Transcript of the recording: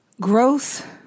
Growth